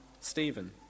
Stephen